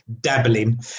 dabbling